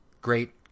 Great